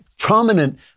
prominent